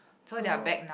so